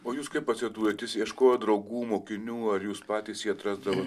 o jūs kaip atsidūrėt jūs ieškojot draugų mokinių ar jūs patys jį atrasdavot